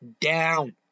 down